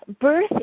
birth